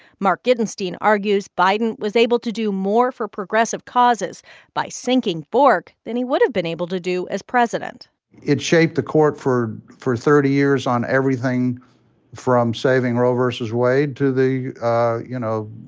mark gitenstein argues biden was able to do more for progressive causes by sinking bork than he would have been able to do as president it shaped the court for for thirty years on everything from saving roe vs. wade to the you know,